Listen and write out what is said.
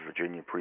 Virginia